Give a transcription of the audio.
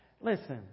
Listen